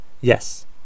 Yes